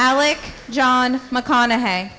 alec john mcconaughey